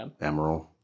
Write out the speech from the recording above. Emerald